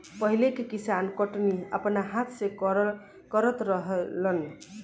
पहिले के किसान कटनी अपना हाथ से करत रहलेन